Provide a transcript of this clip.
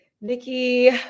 Nikki